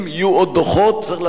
צריך לעצור את הדבר הזה קודם.